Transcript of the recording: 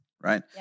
right